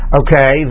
okay